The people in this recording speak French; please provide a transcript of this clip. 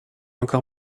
encore